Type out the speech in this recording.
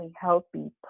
healthy